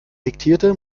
diktierte